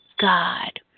God